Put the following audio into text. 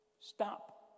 stop